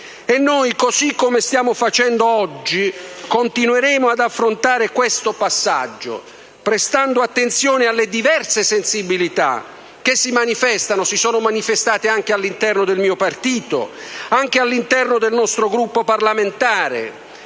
Noi, così come stiamo facendo oggi, continueremo ad affrontare questo passaggio prestando attenzione alle diverse sensibilità che si manifestano e che si sono manifestate anche all'interno del mio partito, del nostro Gruppo parlamentare